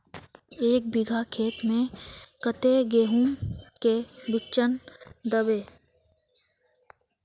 एक बिगहा खेत में कते गेहूम के बिचन दबे?